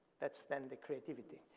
that's then the creativity.